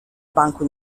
banco